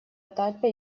этапе